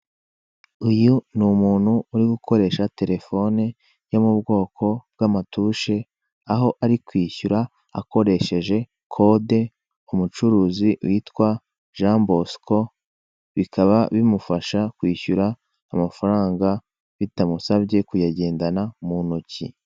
Uyu ni umuntu uri gukoresha terefone yo mu bwoko bw'amatushe, aho ari kwishyura akoresheje kode k'umucuruzi witwa Jean Bosco. Bikaba bimufasha kwishyura amafaranga bitamusabye kuyagendana mu ntoki.